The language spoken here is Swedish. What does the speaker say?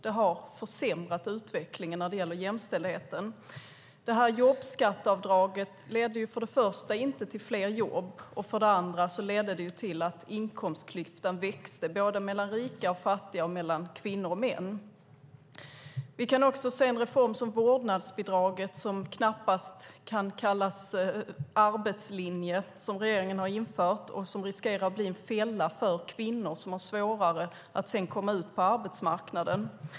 Det har försämrat utvecklingen när det gäller jämställdheten. För det första ledde jobbskatteavdraget inte till fler jobb. För det andra ledde det till att inkomstklyftan växte, både mellan rika och fattiga och mellan kvinnor och män. Vi kan se en reform som vårdnadsbidraget, som knappast kan kallas arbetslinje, som regeringen har infört och som riskerar att bli en fälla för kvinnor som sedan har svårare att komma ut på arbetsmarknaden.